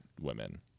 women